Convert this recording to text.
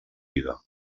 vida